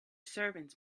servants